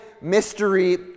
mystery